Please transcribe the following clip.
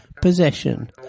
Possession